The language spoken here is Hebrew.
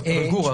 גור,